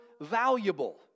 valuable